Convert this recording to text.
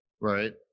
right